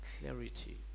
clarity